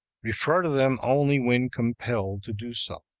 refer to them only when compelled to do so.